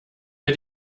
wir